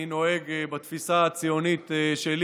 אני נוהג בתפיסה הציונית שלי.